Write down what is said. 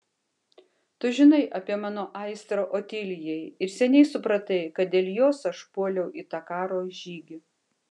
tu žinai apie mano aistrą otilijai ir seniai supratai kad dėl jos aš puoliau į tą karo žygį